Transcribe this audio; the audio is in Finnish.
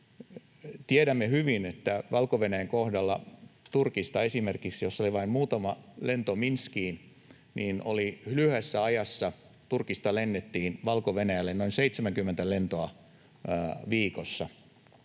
Tiedämme hyvin, että esimerkiksi Valko-Venäjän kohdalla Turkista, josta oli ollut vain muutama lento Minskiin, lyhyessä ajassa lennettiin Valko-Venäjälle noin 70 lentoa viikossa,